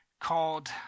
called